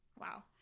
Wow